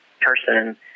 person